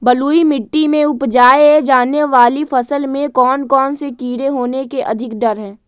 बलुई मिट्टी में उपजाय जाने वाली फसल में कौन कौन से कीड़े होने के अधिक डर हैं?